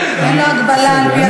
אין לו הגבלה על-פי התקנון.